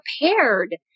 prepared